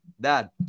Dad